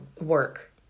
work